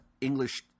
English